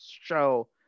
show